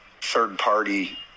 third-party